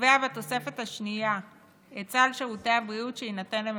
קובע בתוספת השנייה את סל שירותי הבריאות שיינתן למבוטח.